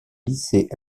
lycée